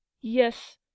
Yes